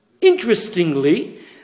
Interestingly